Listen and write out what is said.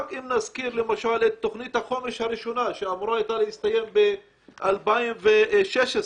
אם נזכיר למשל את תוכנית החומש הראשונה שהייתה אמורה להסתיים בשנת 2016,